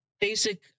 basic